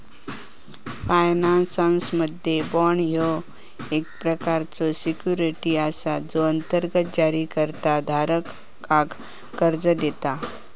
फायनान्समध्ये, बाँड ह्यो एक प्रकारचो सिक्युरिटी असा जो अंतर्गत जारीकर्ता धारकाक कर्जा देतत